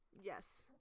Yes